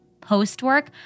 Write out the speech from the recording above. post-work